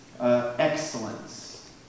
excellence